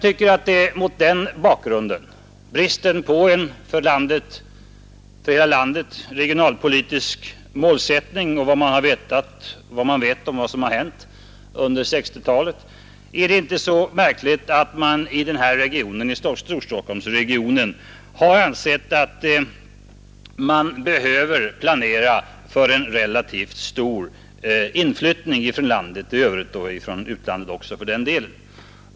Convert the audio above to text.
Mot den bakgrunden — bristen på en regionalpolitisk målsättning för hela landet och erfarenheterna från 1960-talet — är det inte så märkligt att man inom Storstockholmsregionen har ansett sig behöva planera för en relativt stor inflyttning från landet i övrigt, och även från utlandet för den delen.